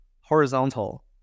horizontal